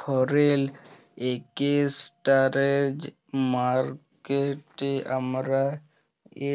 foreign exchange মার্কেটকে আমরা